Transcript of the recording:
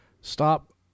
Stop